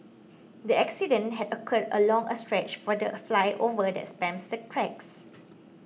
the accident had occurred along a stretch for the flyover that spans the tracks